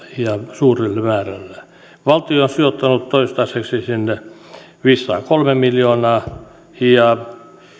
suurelle määrälle valtio on sijoittanut toistaiseksi sinne viisisataakolme miljoonaa ja